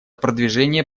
продвижение